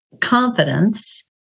confidence